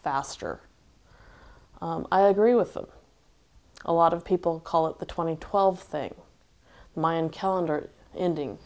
faster i agree with a lot of people call it the twenty twelve thing mayan calendar ending